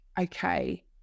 okay